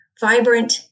vibrant